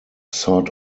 sort